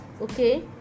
okay